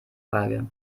frage